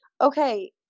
Okay